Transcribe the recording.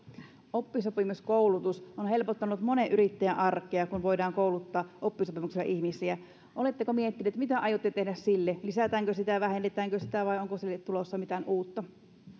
oppisopimuskoulutus on helpottanut monen yrittäjän arkea kun voidaan kouluttaa oppisopimuksella ihmisiä oletteko miettineet mitä aiotte tehdä sille lisätäänkö sitä vähennetäänkö sitä vai onko siihen tulossa mitään uutta